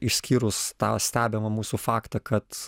išskyrus tą stebimą mūsų faktą kad